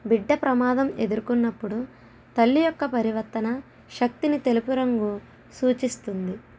బిడ్డ ప్రమాదం ఎదుర్కొన్నప్పుడు తల్లి యొక్క పరివర్తన శక్తిని తెలుపు రంగు సూచిస్తుంది